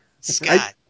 Scott